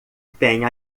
tem